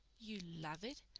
you love it,